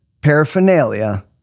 paraphernalia